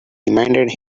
reminded